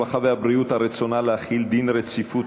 הרווחה והבריאות על רצונה להחיל דין רציפות